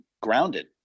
Grounded